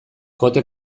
kote